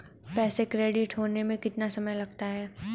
पैसा क्रेडिट होने में कितना समय लगता है?